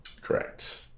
Correct